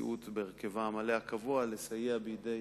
הנשיאות בהרכבה המלא, הקבוע, לסייע בידי